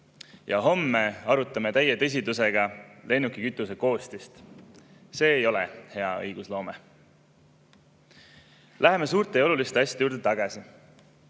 ja homme arutame täie tõsidusega lennukikütuse koostist. See ei ole hea õigusloome. Läheme suurte ja oluliste asjade juurde tagasi.